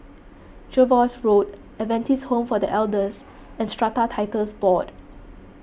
Jervois Road Adventist Home for the Elders and Strata Titles Board